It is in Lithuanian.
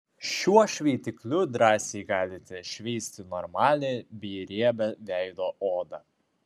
šiuo šveitikliu drąsiai galite šveisti normalią bei riebią veido odą